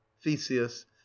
theseus